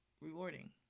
rewarding